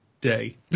day